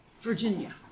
Virginia